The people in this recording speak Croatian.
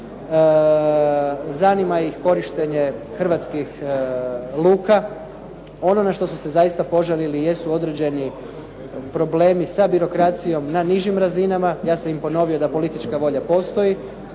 Zanima ih korištenje hrvatskih luka. Ono na što su se zaista požalili jesu određeni problemi sa birokracijom na nižim razinama. Ja sam im ponovio da politička volja postoji,